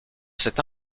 cette